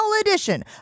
edition